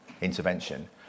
intervention